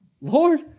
Lord